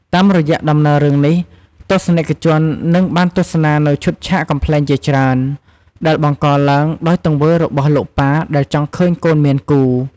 តាមរយៈដំណើររឿងនេះ ទស្សនិកជននឹងបានទស្សនានូវឈុតឆាកកំប្លែងជាច្រើន ដែលបង្កឡើងដោយទង្វើរបស់លោកប៉ាដែលចង់ឃើញកូនមានគូ។